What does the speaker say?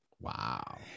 Wow